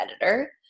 editor